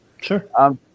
Sure